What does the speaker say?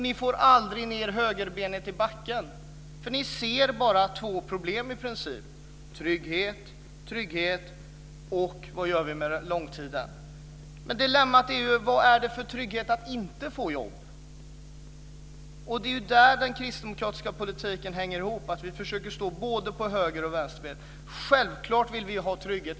Ni får aldrig ned högerbenet i backen, för ni ser i princip bara två problem: tryggheten och långtidsarbetslösheten. Men dilemmat är ju: Vad är det för trygghet att inte få jobb? Det är där den kristdemokratiska politiken hänger ihop. Vi försöker stå på både höger och vänster ben. Självklart vill vi ha trygghet.